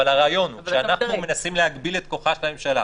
אבל הרעיון הוא שאנחנו מנסים להגביל את כוחה של הממשלה,